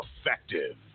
Effective